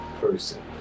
person